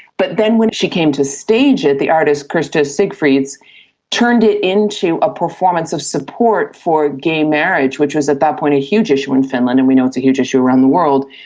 but then when she came to stage it, the artist kristia siegfrids turned it into a performance of support for gay marriage, which was at that point a huge issue in finland and we know it's a huge issue around the world,